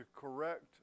correct